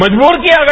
मजबूर किया गया